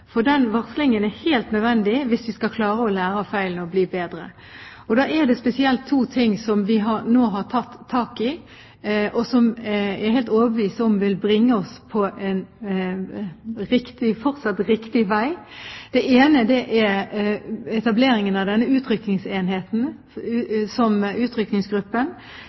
for å kunne varsle, for den varslingen er helt nødvendig hvis vi skal klare å lære av feilene og bli bedre. Da er det spesielt to ting som vi nå har tatt tak i, og som jeg er helt overbevist om vil bringe oss på en fortsatt riktig vei. Det ene er etableringen av utrykningsgruppen – som